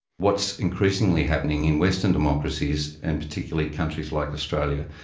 what's increasingly happening in western democracies and particularly countries like australia,